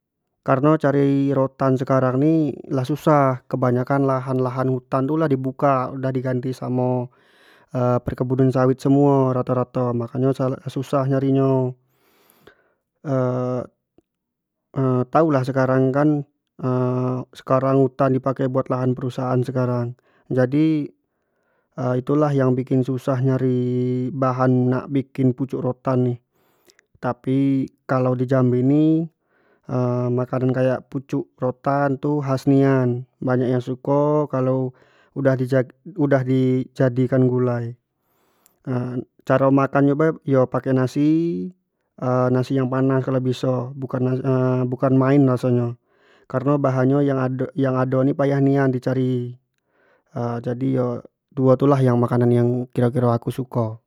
Kareno cari rotan sekarang ni lah susah, kareno lahan-lahan hutan tu lah di buka lah di ganti samo perkebunan sawit semuo rato-rato, mako nyo susah nyari nyo tau lah sekarang kan sekarang hutan di pake buat lahan perusahaan sekarang, jadi itu lah yang bikin suah nyari bahan nak bikin pucuk rotan tu, tapi kalau di jambi ni makanan kayak pucuk rotan tu khas nian, banyak yang suko kalo udah di jadi-udah di jadi kan gulai caro makan nyo bae pake nasi nasiyang panas kalo biso bukan buka main raso nyo, kareno bahan nyo yang ado ni payah nian di cari, jadi tu yo duo tu lah makanan yang kiro-kiro aku suko.